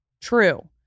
True